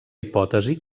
hipòtesi